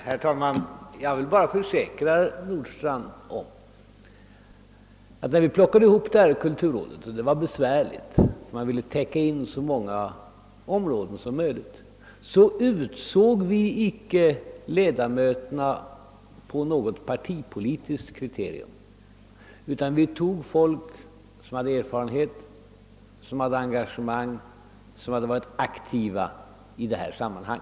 Herr talman! Jag vill bara försäkra herr Nordstrandh att när vi plockade ihop kulturrådet — det var en besvärlig uppgift, eftersom vi ville täcka så många områden som möjligt — utsåg vi inte ledamöterna efter några partipolitiska kriterier, utan vi valde ledamöter :som hade erfarenhet och engagemang och som hade varit aktiva i detta sammanhang.